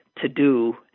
to-do